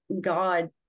God